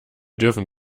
dürfen